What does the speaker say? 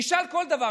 תשאל כל דבר,